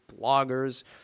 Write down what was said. bloggers